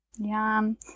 Yum